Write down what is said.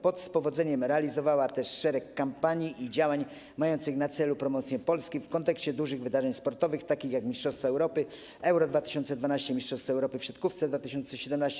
POT z powodzeniem realizowała też szereg kampanii i działań mających na celu promocję Polski w kontekście dużych wydarzeń sportowych, takich jak mistrzostwa Europy Euro 2012, mistrzostwa Europy w siatkówce 2017.